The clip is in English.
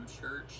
church